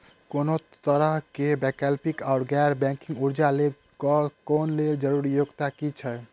कोनो तरह कऽ वैकल्पिक वा गैर बैंकिंग कर्जा लेबऽ कऽ लेल जरूरी योग्यता की छई?